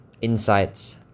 insights